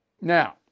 Now